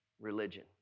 religion